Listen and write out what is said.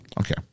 Okay